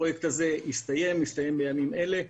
הפרויקט הזה מסתיים בימים אלה.